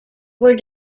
were